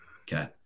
Okay